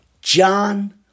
John